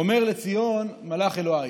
אמר לציון מלך אלהיך".